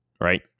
right